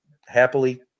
happily